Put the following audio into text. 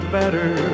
better